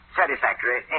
satisfactory